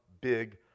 big